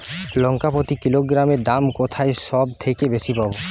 লঙ্কা প্রতি কিলোগ্রামে দাম কোথায় সব থেকে বেশি পাব?